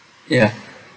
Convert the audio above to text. ya